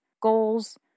goals